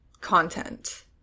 content